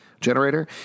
Generator